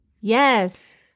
Yes